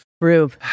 Rube